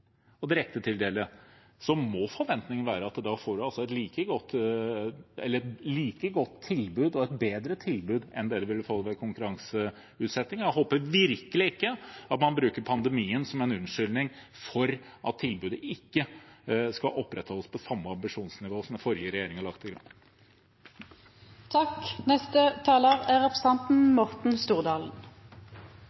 direktetildele, må forventningen være at da får man et like godt eller bedre tilbud enn man ville fått ved konkurranseutsetting. Jeg håper virkelig ikke at man bruker pandemien som en unnskyldning for at tilbudet ikke skal opprettholdes på samme ambisjonsnivå som den forrige regjeringen la til